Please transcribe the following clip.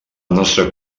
nostra